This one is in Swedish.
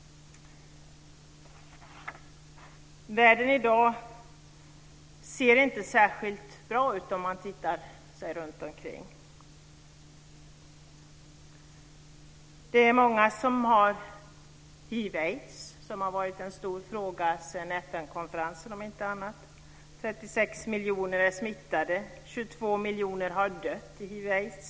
Världen i dag ser inte särskilt bra ut. Det är många som har hiv aids.